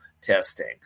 testing